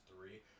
three